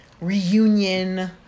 reunion